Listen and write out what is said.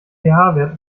wert